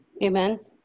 Amen